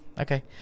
okay